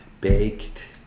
baked